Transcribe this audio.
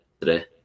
today